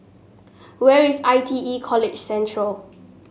where is I T E College Central